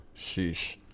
Sheesh